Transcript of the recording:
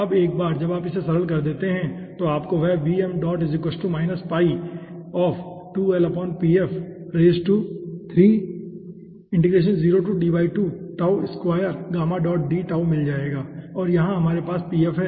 अब एक बार जब आप इसे सरल कर देते हैं तो आपको वह मिल जाएगा और यहां हमारे पास Pf है